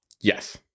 Yes